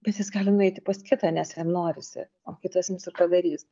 bet jis gali nueiti pas kitą nes jam norisi o kitas ims ir padarys